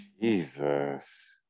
Jesus